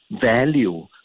value